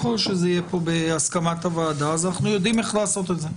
ככל שזה יהיה פה בהסכמת הוועדה אז אנחנו יודעים איך לעשות את זה,